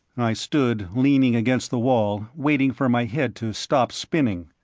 i stood leaning against the wall, waiting for my head to stop spinning.